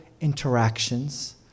interactions